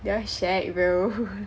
they are shagged bro